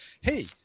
hey